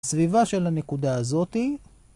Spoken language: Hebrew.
סביבה של הנקודה הזאתי.